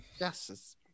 Yes